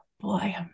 boy